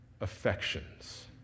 affections